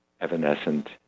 evanescent